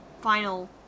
final